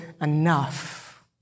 enough